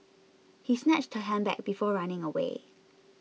he snatched her handbag before running away